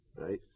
right